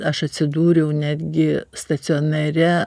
aš atsidūriau netgi stacionare